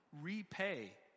repay